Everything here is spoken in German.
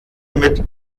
mit